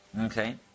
Okay